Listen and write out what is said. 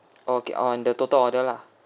okay on the total order lah